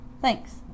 Thanks